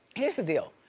here's the deal.